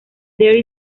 there